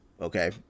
Okay